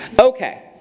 Okay